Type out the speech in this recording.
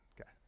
Okay